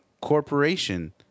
corporation